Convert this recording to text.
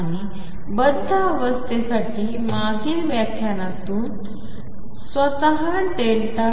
आणि बद्ध अवस्थेसाठी मागील व्याख्यानातून आठवा ⟨p⟩ स्वतः 0